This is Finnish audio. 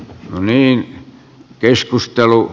roni keskustelu